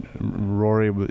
Rory